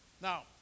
Now